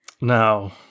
now